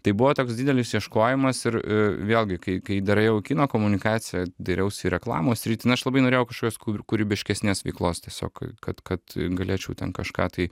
tai buvo toks didelis ieškojimas ir vėlgi kai kai darai jau kino komunikaciją dairiausi į reklamos sritį aš labai norėjau kažkokios kūrybiškesnės veiklos tiesiog kad kad galėčiau ten kažką tai